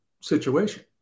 situation